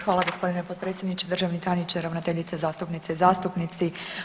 Hvala, gospodine potpredsjedniče, državni tajniče, ravnateljice, zastupnice i zastupnici.